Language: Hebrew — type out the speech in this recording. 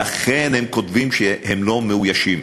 ולכן הם כותבים שהמקומות לא מאוישים.